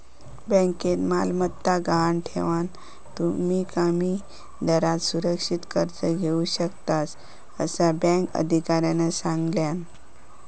बँकेत मालमत्ता गहाण ठेवान, तुम्ही कमी दरात सुरक्षित कर्ज घेऊ शकतास, असा बँक अधिकाऱ्यानं सांगल्यान